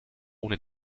ohne